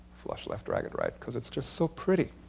flush left ragged right, because it's just so pretty.